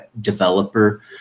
developer